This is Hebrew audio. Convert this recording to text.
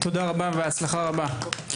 תודה רבה והצלחה רבה.